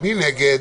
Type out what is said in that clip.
ומי נגד.